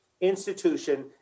Institution